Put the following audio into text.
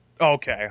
Okay